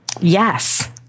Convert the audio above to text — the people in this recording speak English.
Yes